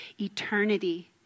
eternity